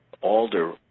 alder